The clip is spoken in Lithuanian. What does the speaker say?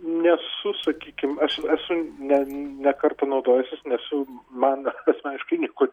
nesu sakykim aš esu ne ne kartą naudojęsis nesu man asmeniškai nieko